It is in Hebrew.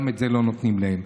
גם את זה לא נותנים להם.